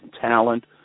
talent